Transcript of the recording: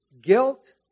guilt